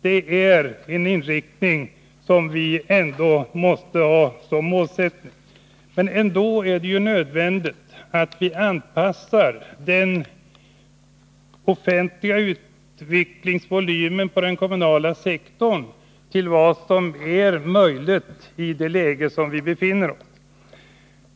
Det är en målsättning som vi måste ha för ögonen. Men det är ändå nödvändigt att anpassa den offentliga volymökningen på den kommunala sektorn till vad som är möjligt i nuvarande läge.